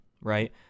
right